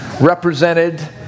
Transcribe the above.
represented